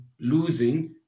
losing